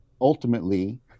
ultimately